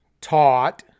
taught